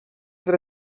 tre